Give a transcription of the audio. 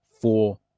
four